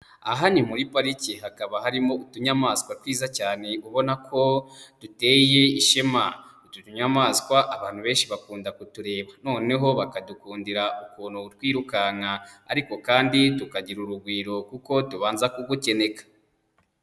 Aha ni muri parike, hakaba harimo utunyamaswa twiza cyane ubona ko duteye ishema. Utu tunyamaswa abantu benshi bakunda kutureba noneho bakadukundira ukuntu twirukanka ariko kandi tukagira urugwiro kuko tubanza kugukeneka.